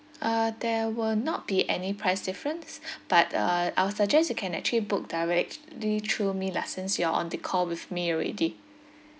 uh there will not be any price difference but uh I will suggest you can actually book directly through me lah since you are on the call with me already